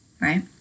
right